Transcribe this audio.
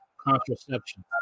contraception